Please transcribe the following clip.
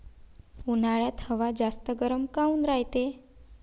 उन्हाळ्यात हवा जास्त गरम काऊन रायते?